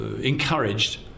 encouraged